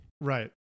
right